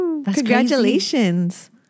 Congratulations